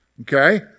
okay